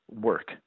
work